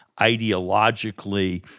ideologically